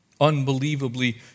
Unbelievably